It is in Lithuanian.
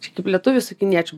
čia kaip lietuvis su kiniečiu